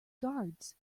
guards